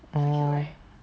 orh